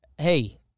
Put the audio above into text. hey